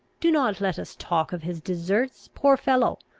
do not let us talk of his deserts! poor fellow!